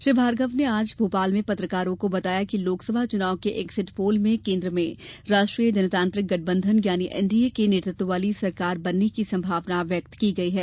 श्री भार्गव ने आज भोपाल में पत्रकारों को बताया कि लोकसभा चुनाव के एग्जिट पोल में केन्द्र में राष्ट्रीय जनतांत्रिक गठबंधन यानि एनडीए के नेतृत्व वाली सरकार बनने की संभावना व्यक्त की गई है